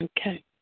Okay